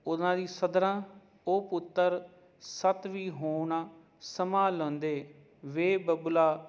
ਉਹਨਾਂ ਦੀ ਸਧਰਾਂ ਉਹ ਪੁੱਤਰ ਸੱਤ ਵੀ ਹੋਣ ਸੰਭਾਲਣ ਦੇ ਵੇ ਬਬੁਲਾ